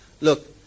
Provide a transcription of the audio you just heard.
look